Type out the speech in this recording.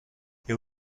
che